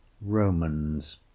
Romans